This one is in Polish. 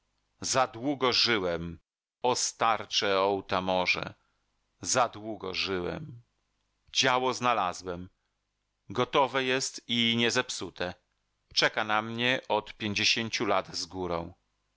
za długo żyłem starcze otamorze za długo żyłem działo znalazłem gotowe jest i niezepsute czeka na mnie od pięćdziesięciu lat z górą